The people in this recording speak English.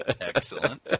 Excellent